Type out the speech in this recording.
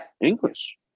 English